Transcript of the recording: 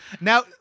Now